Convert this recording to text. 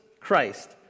Christ